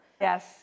Yes